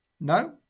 No